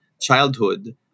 childhood